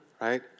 Right